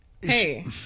Hey